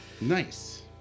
Nice